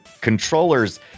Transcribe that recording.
controllers